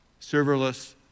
serverless